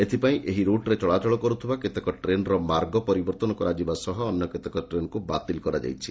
ଏଥପାଇଁ ଏହି ରୁଟ୍ରେ ଚଳାଚଳ କରୁଥିବା କେତେକ ଟ୍ରେନର ମାର୍ଗ ପରିବର୍ଉନ କରାଯିବ ସହ ଅନ୍ୟ କେତେକ ଟ୍ରେନକୁ ବାତିଲ କରାଯାଇଛି